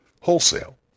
wholesale